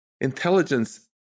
intelligence